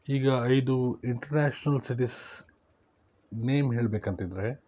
ಈಗ ಐದು international cities name ಹೇಳಬೇಕಂತಿದ್ರೆ